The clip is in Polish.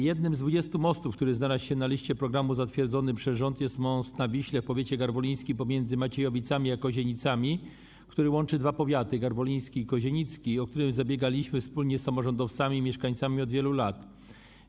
Jednym z 20 mostów, które znalazły się na liście programu zatwierdzonej przez rząd, jest most na Wiśle w powiecie garwolińskim pomiędzy Maciejowicami a Kozienicami, który łączy dwa powiaty, garwoliński i kozienicki, i o który zabiegaliśmy wspólnie z samorządowcami i mieszkańcami od wielu lat.